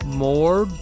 more